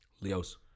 Leo's